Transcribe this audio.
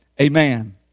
Amen